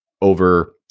over